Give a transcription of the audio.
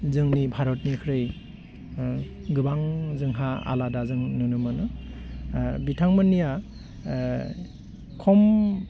जोंनि भारतनिख्रुइ गोबां जोंहा आला जों नुनो मोनो बिथांमोनिया खम'